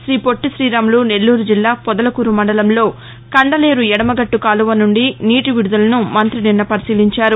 శ్రీ పొట్టి శ్రీరాములు నెల్లూరు జిల్లా పొదలకూరు మండలంలో కండలేరు ఎడమగట్ల కాలువ నుండి నీటి విడుదలను మంతి నిన్న పరిశీలించారు